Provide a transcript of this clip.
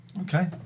Okay